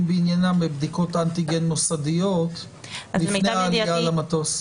בבדיקות אנטיגן מוסדיות לפני העלייה למטוס.